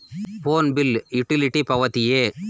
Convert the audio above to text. Phone bill utility ಪಾವತಿಯೇ?